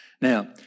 Now